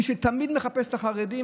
מי שתמיד מחפש את החרדים,